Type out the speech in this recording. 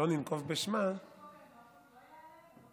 שלא ננקוב בשמה, חוק האזרחות לא יעלה?